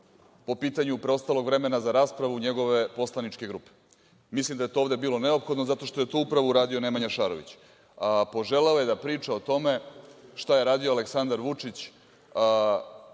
po pitanju preostalog vremena za raspravu njegove poslaničke grupe. Mislim da je to ovde bilo neophodno zato što je to upravo uradio Nemanja Šarović. Poželeo je da priča o tome šta je radio Aleksandar Vučić